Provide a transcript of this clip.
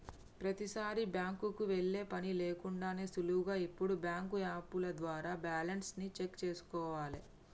ప్రతీసారీ బ్యాంకుకి వెళ్ళే పని లేకుండానే సులువుగా ఇప్పుడు బ్యాంకు యాపుల ద్వారా బ్యాలెన్స్ ని చెక్ చేసుకోవాలే